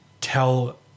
tell